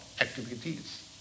activities